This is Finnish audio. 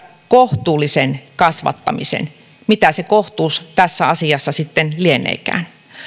kohtuullisen kasvattamisen mitä se kohtuus tässä asiassa sitten lieneekään